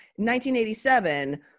1987